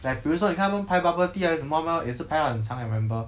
like 比如说你看他们排 bubble tea 还是什么他们也是排到很长 I remember